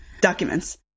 documents